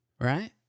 right